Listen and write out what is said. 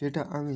যেটা আমি